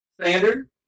standard